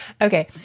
Okay